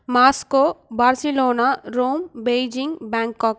Moscow Barcelona Rome Beijing Bangkok